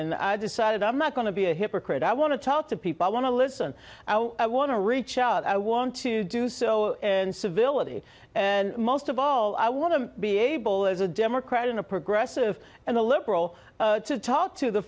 and i decided i'm not going to be a hypocrite i want to talk to people i want to listen i want to reach out i want to do so in civility and most of all i want to be able as a democrat in a progressive and a liberal to talk to the